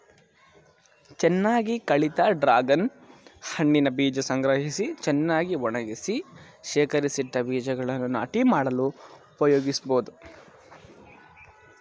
ಚೆನ್ನಾಗಿ ಕಳಿತ ಡ್ರಾಗನ್ ಹಣ್ಣಿನ ಬೀಜ ಸಂಗ್ರಹಿಸಿ ಚೆನ್ನಾಗಿ ಒಣಗಿಸಿ ಶೇಖರಿಸಿಟ್ಟ ಬೀಜಗಳನ್ನು ನಾಟಿ ಮಾಡಲು ಉಪಯೋಗಿಸ್ಬೋದು